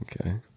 Okay